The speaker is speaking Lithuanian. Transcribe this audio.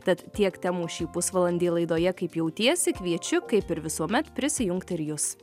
tad tiek temų šį pusvalandį laidoje kaip jautiesi kviečiu kaip ir visuomet prisijungti ir jus